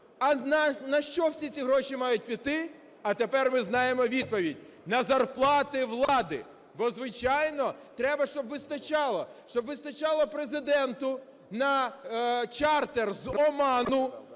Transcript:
А на що всі ці гроші мають піти? А тепер ми знаємо відповідь: на зарплати влади. Бо, звичайно, треба, щоб вистачало, щоб вистачало Президенту на чартер з Оману,